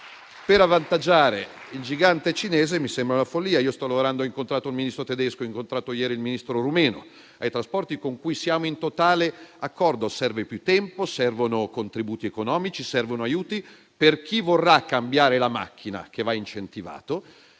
per avvantaggiare il gigante cinese mi sembra la follia. Io sto lavorando: ho incontrato il Ministro tedesco, ho incontrato ieri il ministro rumeno ai trasporti, con cui siamo in totale accordo: serve più tempo; servono contributi economici; servono aiuti per chi vorrà cambiare la macchina - che va incentivato